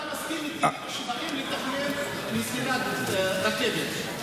בקשר לתאונת הדרכים של הרכבת,